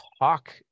talk